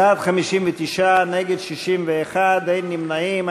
בעד, 59, נגד, 61, אין נמנעים.